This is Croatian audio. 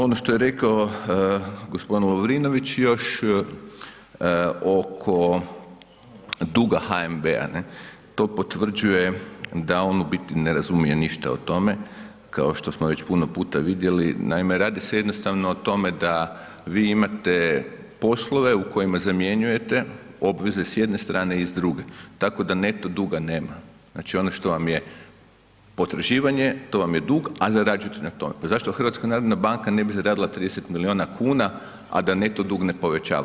Ono što je rekao g. Lovrinović još oko duga HNB-a ne, to potvrđuje da on u biti ne razumije ništa o tome, kao što smo već puno puta vidjeli, naime radi se jednostavno o tome da vi imate poslove u kojima zamjenjujete obveze s jedne strane i s druge, tako da neto duga nema, znači ono što vam je potraživanje to vam je dug, a zarađujete na tome, pa zašto HNB ne bi zaradila 30 milijuna kuna, a da neto dug ne povećava?